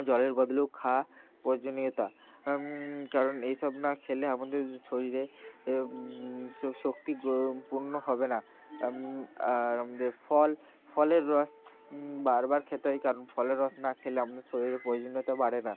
জলের বদলেও খাওয়া প্রয়োজনীয়তা কারণ এই সব না খেলে আমাদের যে শরীরে এ সব শক্তি পূর্ণ হবে না আর আমাদের ফল ফলের রস বারবার খেতে হয় কারণ ফলের রস না খেলে আমাদের শরীরে প্রয়োজনীয়তা বাড়ে না